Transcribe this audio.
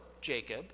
Jacob